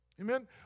Amen